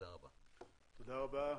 תודה רבה.